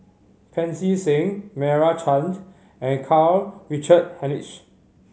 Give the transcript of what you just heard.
Pancy Seng Meira Chand and Karl Richard Hanitsch